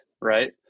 right